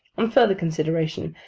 on further consideration,